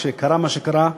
כשקרה מה שקרה,